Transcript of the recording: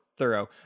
thorough